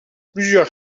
plusieurs